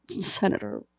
senator